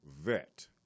vet